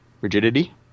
rigidity